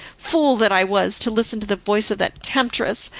fool that i was to listen to the voice of that temptress,